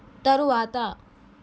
తరువాత